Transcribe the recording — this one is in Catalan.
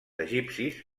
egipcis